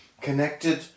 connected